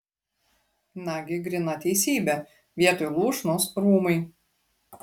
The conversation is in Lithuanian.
nagi gryna teisybė vietoj lūšnos rūmai